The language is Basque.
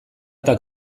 eta